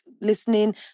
listening